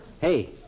hey